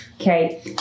Okay